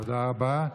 תודה רבה.